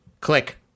Click